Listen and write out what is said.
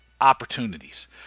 opportunities